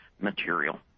material